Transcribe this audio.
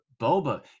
boba